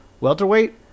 welterweight